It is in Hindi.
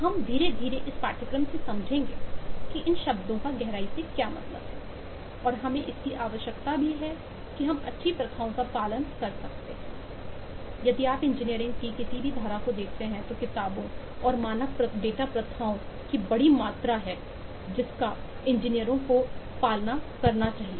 हम धीरे धीरे इस पाठ्यक्रम के माध्यम से समझेंगे कि इन शब्दों का गहराई से क्या मतलब है और हमें इसकी आवश्यकता भी है कि हम अच्छी प्रथाओं का पालन कर सकते हैं यदि आप इंजीनियरिंग की किसी भी धारा को देखते हैं तोकिताबें और मानक डेटा प्रथाओं की बड़ी मात्रा है जिसका इंजीनियरों को इसका पालन करना चाहिए